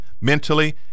mentally